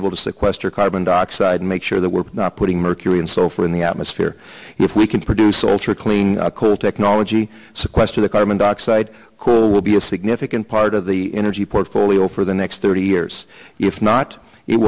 able to sequester carbon dioxide and make sure that we're not putting mercury and so far in the atmosphere if we can produce ultra clean coal technology sequester the carbon dioxide will be a significant part of the energy portfolio for the next thirty years if not it